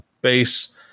base